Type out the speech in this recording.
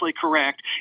correct